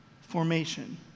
formation